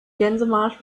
gänsemarsch